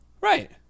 Right